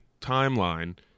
timeline